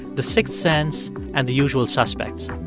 the sixth sense and the usual suspects.